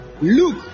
Look